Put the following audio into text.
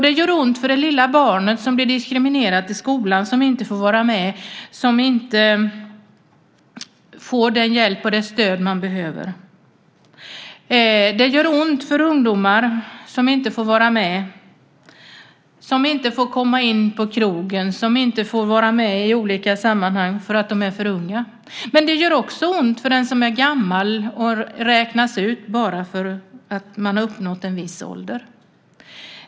Det gör ont för det lilla barnet som blir diskriminerat i skolan, som inte får vara med, som inte får den hjälp och det stöd barnet behöver. Det gör ont för ungdomar som inte får vara med, som inte får komma in på krogen, som inte får vara med i olika sammanhang därför att de är för unga. Men det gör också ont för den som är gammal och räknas ut bara för att man har uppnått en viss ålder.